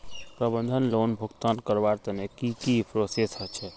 प्रबंधन लोन भुगतान करवार तने की की प्रोसेस होचे?